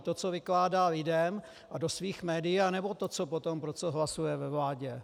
To, co vykládá lidem a do svých médií, anebo to, co potom, pro co hlasuje ve vládě?